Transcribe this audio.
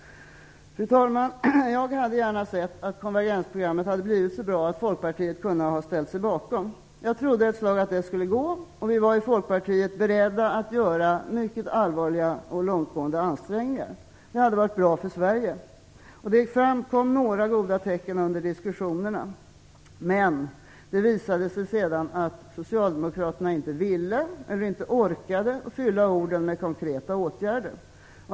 Jag hade gärna sett att konvergensprogrammet blev så bra att Folkpartiet kunde ställa sig bakom det. Ett slag trodde jag att det skulle gå. Vi i Folkpartiet var beredda att göra mycket allvarliga och långtgående ansträngningar. Det hade varit bra för Sverige. Några goda tecken framkom under diskussionerna, men det visade sig sedan att Socialdemokraterna inte ville, eller inte orkade, fylla på orden med konkreta åtgärder.